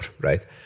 right